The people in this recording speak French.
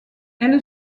elle